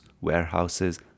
warehouses